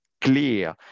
clear